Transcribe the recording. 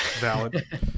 valid